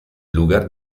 lugar